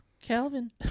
Calvin